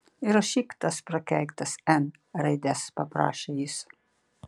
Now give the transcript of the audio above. įrašyk tas prakeiktas n raides paprašė jis